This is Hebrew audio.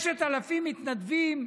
6,000 מתנדבים,